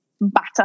batter